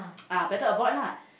ah better avoid lah